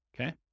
Okay